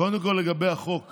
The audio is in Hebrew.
קודם כול, לגבי החוק הזה,